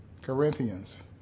Corinthians